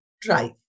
drive